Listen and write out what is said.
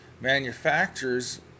Manufacturers